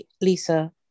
Lisa